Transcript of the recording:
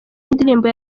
ndirimbo